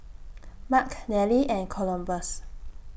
Mark Nelly and Columbus